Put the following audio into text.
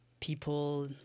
people